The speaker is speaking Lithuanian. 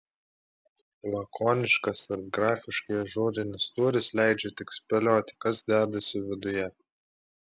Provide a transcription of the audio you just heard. lakoniškas ir grafiškai ažūrinis tūris leidžia tik spėlioti kas dedasi viduje